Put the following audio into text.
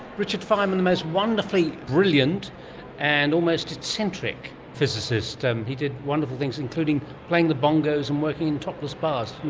richard feynman, the most wonderfully brilliant and almost eccentric physicist. and he did wonderful things, including playing the bongos and working in topless bars,